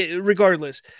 regardless